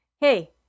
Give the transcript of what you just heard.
Hey